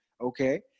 Okay